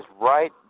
right